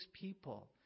people